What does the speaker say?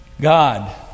God